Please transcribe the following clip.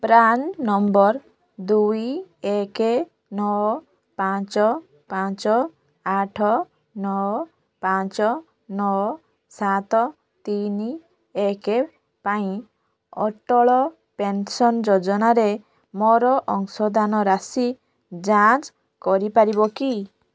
PRAN number ଦୁଇ ଏକେ ନଅ ପାଞ୍ଚ ପାଞ୍ଚ ଆଠ ନଅ ପାଞ୍ଚ ନଅ ସାତ ତିନି ଏକେ ପାଇଁ ଅଟଳ ପେନ୍ସନ୍ ଯୋଜନାରେ ମୋର ଅଂଶଦାନ ରାଶି ଯାଞ୍ଚ୍ କରିପାରିବ କି